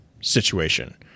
situation